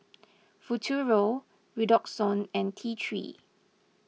Futuro Redoxon and T three